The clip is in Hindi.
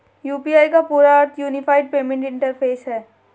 यू.पी.आई का पूरा अर्थ यूनिफाइड पेमेंट इंटरफ़ेस है